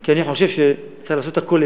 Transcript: כי אני חושב שצריך לעשות הכול,